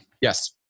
Yes